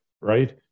right